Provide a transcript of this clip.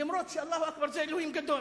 למרות ש"אללה אכבר" זה אלוהים גדול.